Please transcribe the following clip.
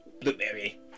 Blueberry